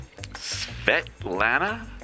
Svetlana